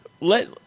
Let